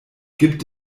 gibt